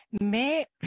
mais